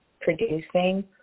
producing